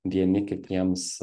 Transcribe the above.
vieni kitiems